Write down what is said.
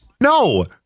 No